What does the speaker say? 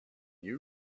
you